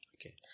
Okay